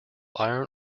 iron